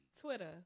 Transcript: Twitter